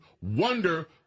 wonder